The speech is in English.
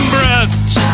Breasts